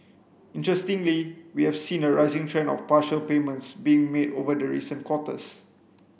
interestingly we have seen a rising trend of partial payments being made over the recent quarters